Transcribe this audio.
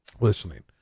listening